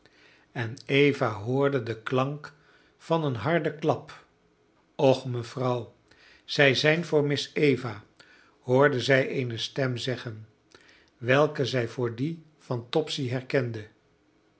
en eva hoorde den klank van een harden klap och mevrouw zij zijn voor miss eva hoorde zij eene stem zeggen welke zij voor die van topsy herkende